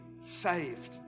saved